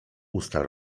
usta